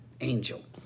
angel